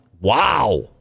Wow